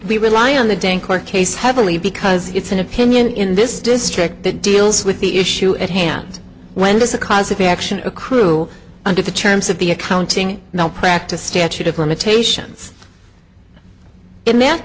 we rely on the day in court case heavily because it's an opinion in this district that deals with the issue at hand when does the cause of the action accrue under the terms of the accounting now back to statute of limitations in th